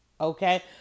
Okay